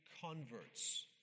converts